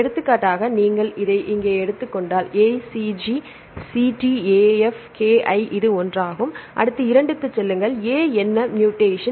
எடுத்துக்காட்டாக நீங்கள் இதை இங்கே எடுத்துக் கொண்டால் ACG CT AF KI இது ஒன்றாகும் அடுத்து 2 க்குச் செல்லுங்கள் A என்ன மூடேஷன்